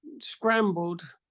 scrambled